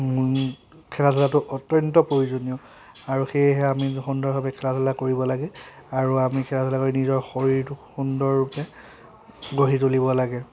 খেলা ধূলাটো অত্যন্ত প্ৰয়োজনীয় আৰু সেয়েহে আমি সুন্দৰভাৱে খেলা ধূলা কৰিব লাগে আৰু আমি খেলা ধূলা কৰি নিজৰ শৰীৰটো সুন্দৰ ৰূপে গঢ়ি তুলিব লাগে